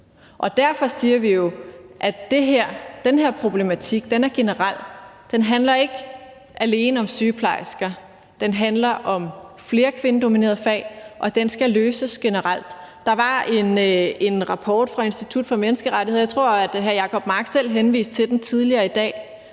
Derfor siger vi jo, at den her problematik er generel. Den handler ikke alene om sygeplejersker, den handler om flere kvindedominerede fag, og den skal løses generelt. Der var en rapport fra Institut for Menneskerettigheder. Jeg tror, at hr. Jacob Mark selv henviste til den tidligere i dag.